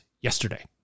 yesterday